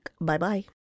Bye-bye